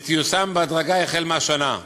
והיא תיושם בהדרגה החל מהשנה.